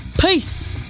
Peace